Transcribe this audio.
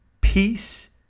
peace